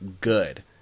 good